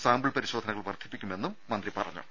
sample പരിശോധനകൾ വർദ്ധിപ്പിക്കുമെന്നും മന്ത്രി പറഞ്ഞു